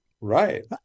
Right